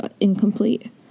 incomplete